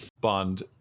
bond